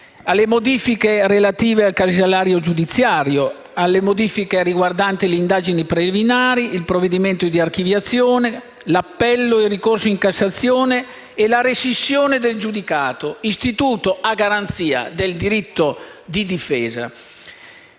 alle modifiche relative al casellario giudiziario; per non parlare delle modifiche riguardanti le indagini preliminari, il provvedimento di archiviazione, l'appello e il ricorso in Cassazione e la rescissione del giudicato, istituto a garanzia del diritto di difesa.